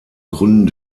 gründen